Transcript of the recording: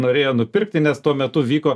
norėjo nupirkti nes tuo metu vyko